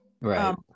Right